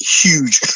huge